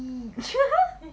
!ee!